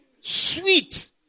sweet